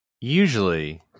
usually